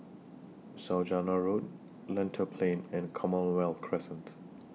Saujana Road Lentor Plain and Commonwealth Crescent